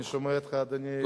אני שומע לך, אדוני.